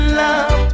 love